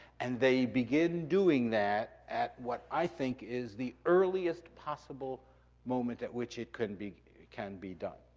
and they begin doing that at what i think is the earliest possible moment at which it can be can be done.